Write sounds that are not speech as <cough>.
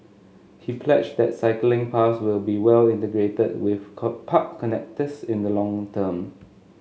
he pledged that cycling paths will be well integrated with <unintelligible> park connectors in the long term